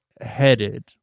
headed